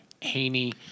Haney